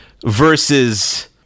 versus